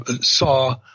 saw –